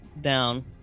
down